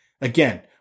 Again